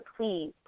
Please